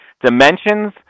dimensions